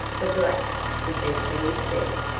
the blacks, with their keen scent,